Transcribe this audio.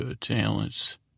Talents